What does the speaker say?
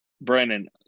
Brandon